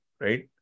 right